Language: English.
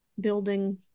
Building